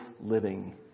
living